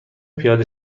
پیاده